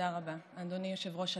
אחד מכול 120